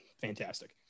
Fantastic